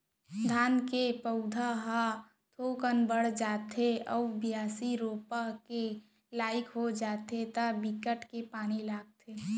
धान के पउधा ह थोकिन बाड़ जाथे अउ बियासी, रोपा के लाइक हो जाथे त बिकट के पानी लगथे